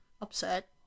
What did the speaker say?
Upset